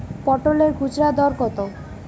পটলের খুচরা দর কত?